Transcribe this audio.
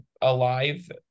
alive